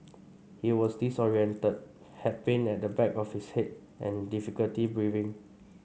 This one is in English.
he was disorientated had pain at the back of his head and difficulty breathing